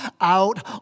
out